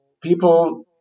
people